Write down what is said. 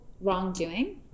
wrongdoing